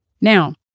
Now